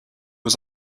was